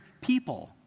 people